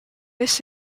hesse